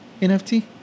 NFT